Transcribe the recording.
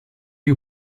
you